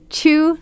two